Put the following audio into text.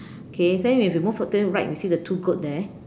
okay then if you move to the right you will see the two goat there